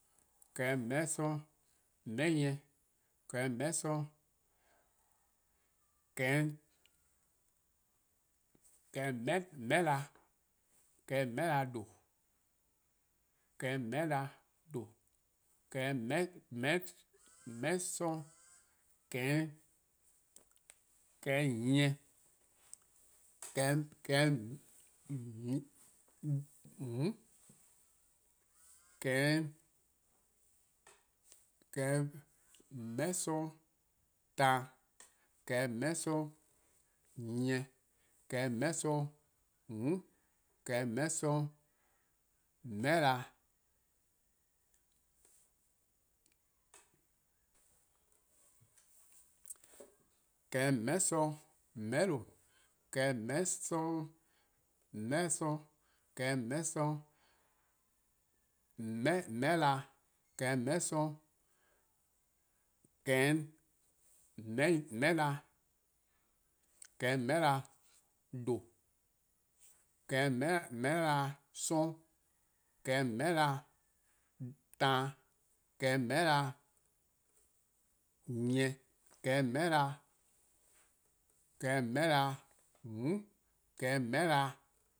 :Kehehn' :meheh' 'sorn :meheh' nyieh, :kehehn' :meheh'na, :kehehn' :meheh'na :due', :kehehn' :kehehn' :meheh' 'sorn, :kehehn' nyieh, :kehehn' :mm', :kehehn' :meheh' 'sorn taan, :kehehn' :meheh' 'sorn nyieh, :kehehn' :meheh' 'sorn :mm', :kehehn' :meheh' 'sorn :meheh'na, :kehehn' :meheh' 'sorn :meheh'lo:, :kehehn' :meheh' 'sorn :meheh''sorn, :kehehn' :meheh' 'sorn :meheh' na, :kehehn' :meheh' 'sorn, :kehehn' :meheh'na, :kehehn' :meheh'na: :due', :kehehn' :meheh'na 'sororn'., :kehehn' :meheh'na taan, :kehehn' :meheh'na nyieh, :kehehn' :meheh'na :mm', :kehehn' :meheh'na,